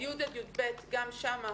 על י' עד י"ב- גם שם,